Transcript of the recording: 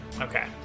Okay